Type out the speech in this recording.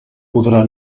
podrà